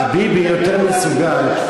ביבי, ביבי יותר מסוגל,